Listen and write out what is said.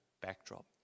backdrop